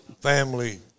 family